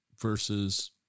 versus